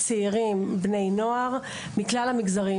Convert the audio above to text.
צעירים ובני נוער מכלל המגזרים.